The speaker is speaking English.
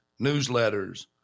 newsletters